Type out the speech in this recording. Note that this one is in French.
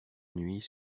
nuit